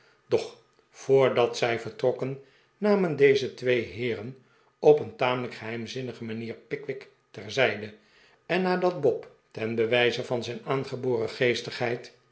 doch voordat zij vertrokken namen deze twee heeren op een tamelijk geheimzinnige manier pickwick ter zijde en nadat bob ten bewijze van zijn aangeboren